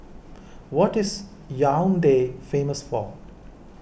what is Yaounde famous for